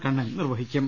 കണ്ണൻ നിർവ്വഹിക്കും